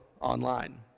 online